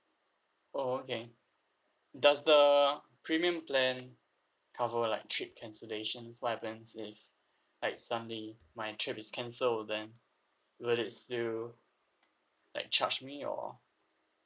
oh okay does the premium plan cover like trip cancellations what I meant is like suddenly my trip is cancelled then whether it still like charge me or